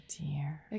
dear